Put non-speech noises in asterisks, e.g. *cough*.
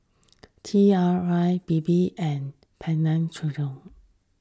T R I Bebe and Penang *unintelligible*